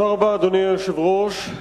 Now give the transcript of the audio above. אדוני היושב-ראש,